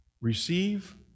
Receive